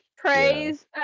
Praise